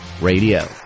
Radio